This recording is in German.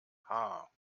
haar